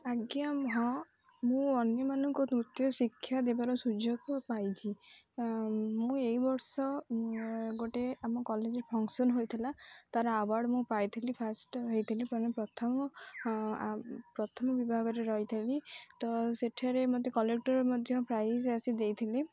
ଆଜ୍ଞା ହଁ ଅନ୍ୟମାନଙ୍କୁ ନୃତ୍ୟ ଶିକ୍ଷା ଦେବାର ସୁଯୋଗ ପାଇଛିି ମୁଁ ଏଇ ବର୍ଷ ଗୋଟେ ଆମ କଲେଜରେ ଫଙ୍କସନ୍ ହୋଇଥିଲା ତା'ର ଆୱାର୍ଡ଼ ମୁଁ ପାଇଥିଲି ଫାର୍ଷ୍ଟ ହେଇଥିଲି ପ୍ରଥମ ପ୍ରଥମ ବିଭାଗରେ ରହିଥିଲି ତ ସେଠାରେ ମୋତେ କଲେକ୍ଟର୍ ମଧ୍ୟ ପ୍ରାଇଜ୍ ଆସି ଦେଇଥିଲେ